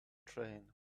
train